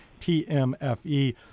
TMFE